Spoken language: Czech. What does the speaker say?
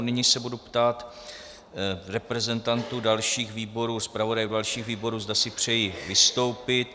Nyní se budu ptát reprezentantů dalších výborů, zpravodaje dalších výborů, zda si přejí vystoupit.